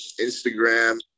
Instagram